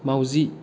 माउजि